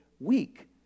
weak